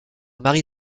marie